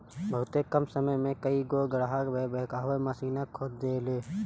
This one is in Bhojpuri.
बहुते कम समय में कई गो गड़हा बैकहो माशीन खोद देले